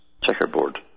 checkerboard